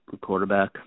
quarterback